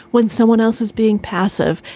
when someone else is being passive?